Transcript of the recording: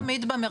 כמו תמיד במרכז,